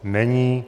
Není.